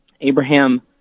Abraham